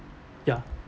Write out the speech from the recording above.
ya